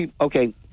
okay